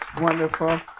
wonderful